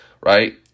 right